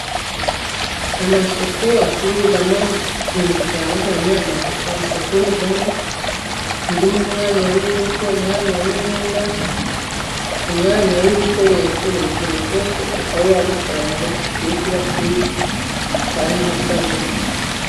Amasoko acuruzamo ibintu bitandukanye, isoko rigari iririmo umwanya w'imbuto, umwanya w'imyenda, umwanya w'ibikoresho. Buri kintu cyose ukaba wagisanga aho gikwiye kuba kiri kandi hasa neza.